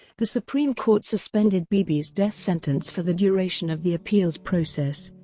the supreme court suspended bibi's death sentence for the duration of the appeals process.